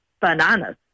bananas